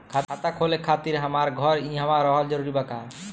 खाता खोले खातिर हमार घर इहवा रहल जरूरी बा का?